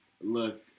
look